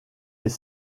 les